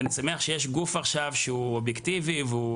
אני שמח שיש עכשיו גוף שהוא אובייקטיבי והוא